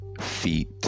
feet